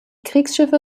kriegsschiffe